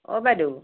অ বাইদেউ